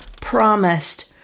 promised